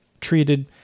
treated